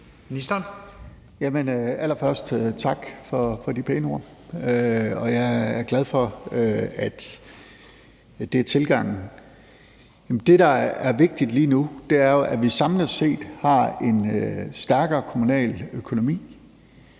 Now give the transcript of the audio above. Wammen): Allerførst tak for de pæne ord. Jeg er glad for, at det er tilgangen. Det, der er vigtigt lige nu, er, at vi samlet set har en stærkere kommunal økonomi,